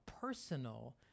personal